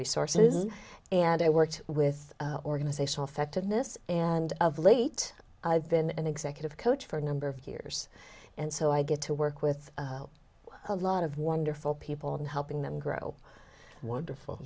resources and i worked with organizational fecht and this and of late i've been an executive coach for a number of years and so i get to work with a lot of wonderful people and helping them grow wonderful